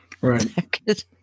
Right